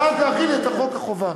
ואז להחיל את חוק החובה.